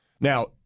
Now